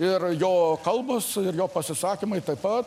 ir jo kalbos ir jo pasisakymai taip pat